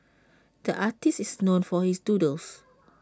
the artist is known for his doodles